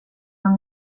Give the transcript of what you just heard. som